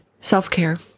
self-care